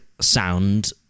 sound